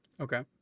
Okay